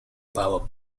power